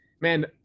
man